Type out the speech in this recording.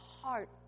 heart